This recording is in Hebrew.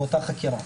באותה חקירה.